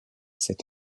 cet